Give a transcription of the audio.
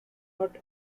not